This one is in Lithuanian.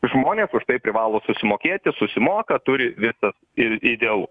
žmonės už tai privalo susimokėti susimoka turi vietą ir idealu